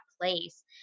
place